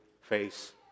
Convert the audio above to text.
face